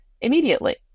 immediately